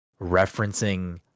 referencing